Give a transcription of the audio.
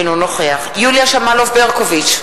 אינו נוכח יוליה שמאלוב-ברקוביץ,